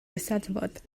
eisteddfod